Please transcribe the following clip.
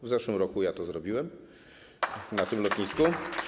W zeszłym roku ja to zrobiłem na tym lotnisku.